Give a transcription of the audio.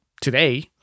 today